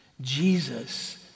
Jesus